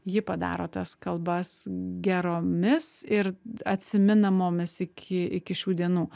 ji padaro tas kalbas geromis ir atsimenamomis iki iki šių dienų